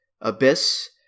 Abyss